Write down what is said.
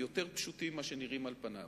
יותר פשוטים מאשר הם נראים על פניהם.